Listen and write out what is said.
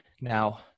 now